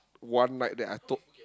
one night that I told